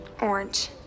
orange